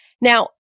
Now